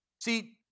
See